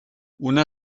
una